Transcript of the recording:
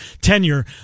tenure